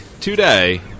today